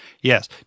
Yes